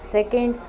Second